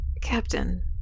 Captain